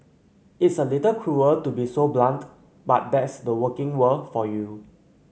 it's a little cruel to be so blunt but that's the working world for you